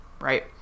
right